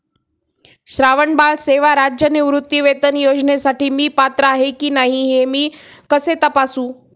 श्रावणबाळ सेवा राज्य निवृत्तीवेतन योजनेसाठी मी पात्र आहे की नाही हे मी कसे तपासू?